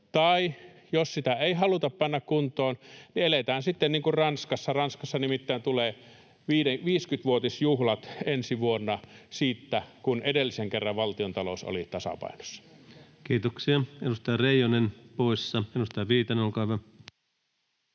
tai jos tätä ei haluta panna kuntoon, eletään sitten niin kuin Ranskassa. Ranskassa nimittäin ensi vuonna tulevat 50‑vuotisjuhlat siitä, kun edellisen kerran valtiontalous oli tasapainossa. Kiitoksia. — Edustaja Reijonen poissa. — Edustaja Viitanen, olkaa hyvä.